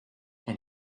and